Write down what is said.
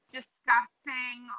discussing